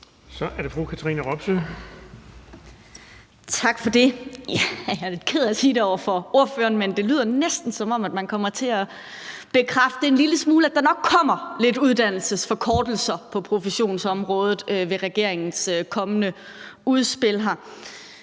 Kl. 17:53 Katrine Robsøe (RV): Tak for det. Jeg er lidt ked af at sige det til ordføreren, men det lyder næsten, som om man kommer til at bekræfte en lille smule, at der nok kommer nogle uddannelsesforkortelser på professionsområdet med regeringens kommende udspil.